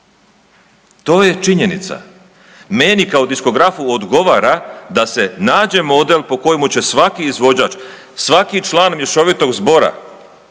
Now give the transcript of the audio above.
to je činjenica. Meni kao diskografu odgovara da se nađe model po kojemu će svaki izvođač, svaki član mješovitog zbora,